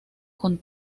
con